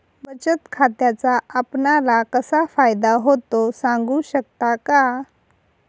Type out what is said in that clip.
बचत खात्याचा आपणाला कसा फायदा होतो? सांगू शकता का?